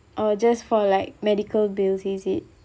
oh just for like medical bills is it